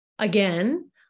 Again